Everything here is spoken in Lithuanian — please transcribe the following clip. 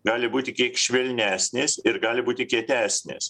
gali būti kiek švelnesnis ir gali būti kietesnis